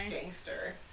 gangster